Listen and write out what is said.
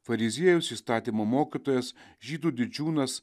fariziejus įstatymo mokytojas žydų didžiūnas